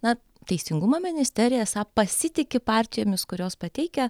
na teisingumo ministerija esą pasitiki partijomis kurios pateikia